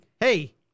hey